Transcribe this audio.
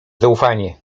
zaufanie